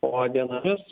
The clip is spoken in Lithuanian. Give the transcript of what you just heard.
o dienomis